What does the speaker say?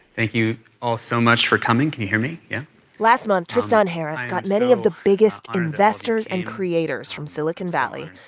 thank you all so much for coming. can you hear me? yeah last month, tristan harris got many of the biggest investors and creators from silicon valley,